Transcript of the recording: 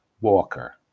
walker